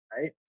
right